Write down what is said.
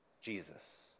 Jesus